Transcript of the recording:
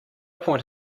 point